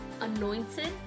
anointed